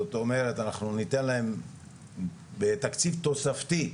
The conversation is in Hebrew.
זאת אומרת אנחנו ניתן להם בתקציב תוספתי,